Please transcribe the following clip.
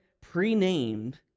pre-named